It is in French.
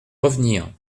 revenir